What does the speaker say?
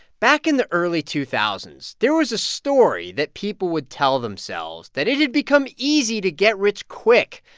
back in the early two thousand s, there was a story that people would tell themselves that it had become easy to get rich quick,